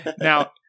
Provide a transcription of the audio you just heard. Now